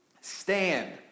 stand